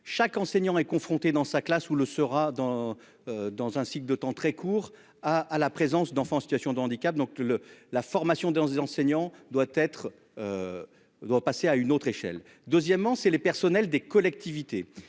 chaque enseignant est confronté dans sa classe, ou le sera dans. Dans un cycle de temps très court à à la présence d'enfants en situation de handicap. Donc le, la formation des, des enseignants doit être. Doit passer à une autre échelle. Deuxièmement, c'est les personnels des collectivités.